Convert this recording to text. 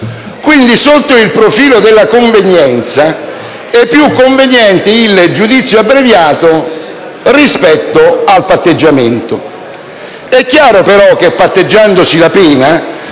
Quindi, sotto il profilo della convenienza, è più conveniente il giudizio abbreviato rispetto al patteggiamento. È chiaro però che, patteggiandosi la pena,